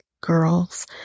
girls